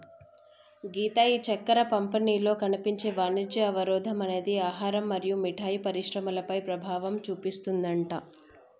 గీత ఈ చక్కెర పంపిణీలో కనిపించే వాణిజ్య అవరోధం అనేది ఆహారం మరియు మిఠాయి పరిశ్రమలపై ప్రభావం చూపిస్తుందట